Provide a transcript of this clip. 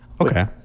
Okay